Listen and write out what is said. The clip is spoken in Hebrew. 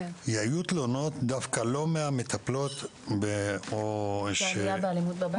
היו תלונות דווקא לא מהמטפלות על אלימות בבית.